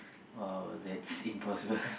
!wow! that's impossible